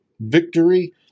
victory